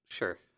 Sure